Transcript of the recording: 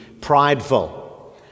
prideful